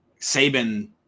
Saban